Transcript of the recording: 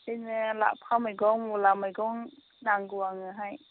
बिदिनो लाफा मैगं मुला मैगं नांगौ आंनोहाय